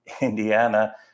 Indiana